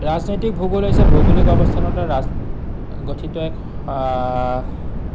ৰাজনৈতিক ভূগোল হৈছে ভৌগোলিক অৱস্থানতে গঠিত এক